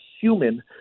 human